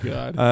God